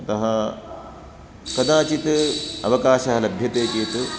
अतः कदाचित् अवकाशः लभ्यते चेत्